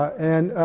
and